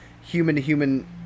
human-to-human